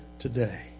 today